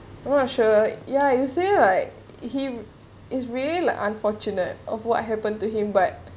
I'm not sure yeah you say right he is really like unfortunate of what happen to him but